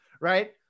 right